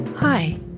Hi